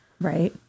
Right